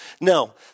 No